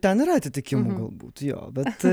ten yra atitikimų galbūt jo bet